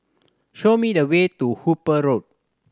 show me the way to Hooper Road